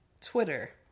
Twitter